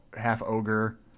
half-ogre